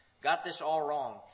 Got-this-all-wrong